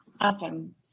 Awesome